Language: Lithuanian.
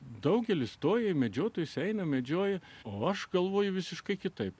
daugelis stoja į medžiotojus eina medžioji o aš galvoju visiškai kitaip